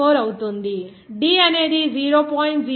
14 అవుతుంది d అనేది 0